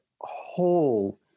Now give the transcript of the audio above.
whole